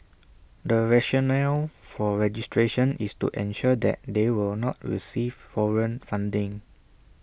the rationale for registration is to ensure that they will not receive foreign funding